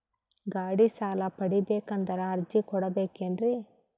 ಗಾಡಿ ಸಾಲ ಪಡಿಬೇಕಂದರ ಅರ್ಜಿ ಕೊಡಬೇಕೆನ್ರಿ?